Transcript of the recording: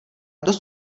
dost